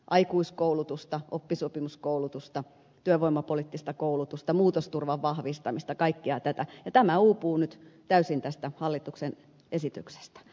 aikuiskoulutusta oppisopimuskoulutusta työvoimapoliittista koulutusta muutosturvan vahvistamista kaikkea tätä ja tämä uupuu nyt täysin tästä hallituksen esityksestä